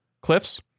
cliffs